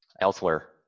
elsewhere